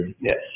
Yes